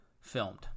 filmed